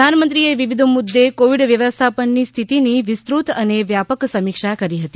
પ્રધાનમંત્રીએ વિવિધ મુદ્દે કોવિડ વ્યવસ્થાપનની સ્થિતિની વિસ્તૃત અને વ્યાપક સમીક્ષા કરી હતી